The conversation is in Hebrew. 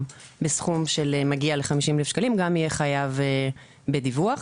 בסכום שמגיע ל-50,000 שקלים גם יהיה חייב בדיווח.